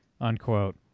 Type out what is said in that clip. Unquote